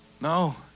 No